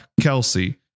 Kelsey